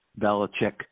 Belichick